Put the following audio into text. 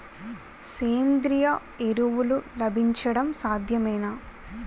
సేంద్రీయ ఎరువులు లభించడం సాధ్యమేనా?